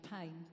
pain